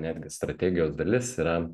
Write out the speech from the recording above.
netgi strategijos dalis yra